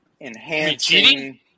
enhancing –